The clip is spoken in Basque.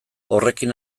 horrekin